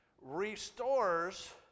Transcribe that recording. restores